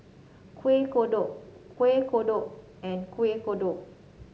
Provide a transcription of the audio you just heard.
Kuih Kodok Kuih Kodok and Kuih Kodok